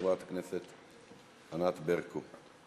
חברת הכנסת ענת ברקו.